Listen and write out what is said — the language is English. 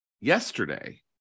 yesterday